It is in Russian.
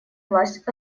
власть